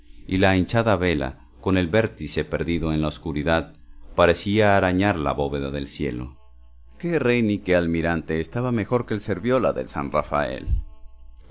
y la hinchada vela con el vértice perdido en la oscuridad parecía arañar la bóveda del cielo qué rey ni qué almirante estaba mejor que el serviola del san rafael